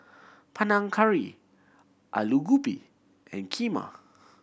Panang Curry Alu Gobi and Kheema